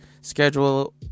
schedule